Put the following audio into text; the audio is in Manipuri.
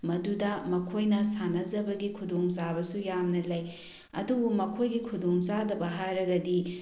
ꯃꯗꯨꯗ ꯃꯈꯣꯏꯅ ꯁꯥꯟꯅꯖꯕꯒꯤ ꯈꯨꯗꯣꯡꯆꯥꯕꯁꯨ ꯌꯥꯝꯅ ꯂꯩ ꯑꯗꯨꯕꯨ ꯃꯈꯣꯏꯒꯤ ꯈꯨꯗꯣꯡ ꯆꯥꯗꯕ ꯍꯥꯏꯔꯒꯗꯤ